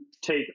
take